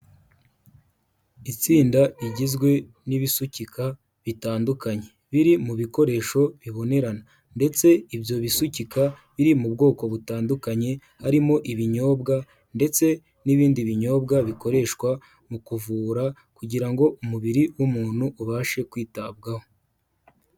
Itsinda rigizwe n'ibisukika bitandukanye biri mu bikoresho bibonerana ndetse ibyo bisukika biri mu bwoko butandukanye, harimo ibinyobwa ndetse n'ibindi binyobwa bikoreshwa mu kuvura, kugira ngo umubiri w'umuntu ubashe kwitabwaho.